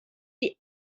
die